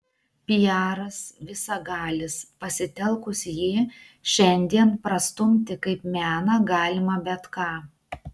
piaras visagalis pasitelkus jį šiandien prastumti kaip meną galima bet ką